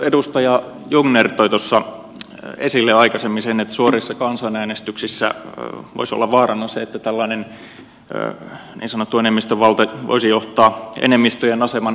edustaja jungner toi tuossa esille aikaisemmin sen että suorissa kansanäänestyksissä voisi olla vaarana se että tällainen niin sanottu enemmistövalta voisi johtaa vähemmistöjen aseman heikkenemiseen